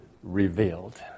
Revealed